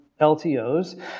LTOs